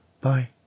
Bye